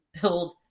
build